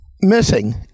missing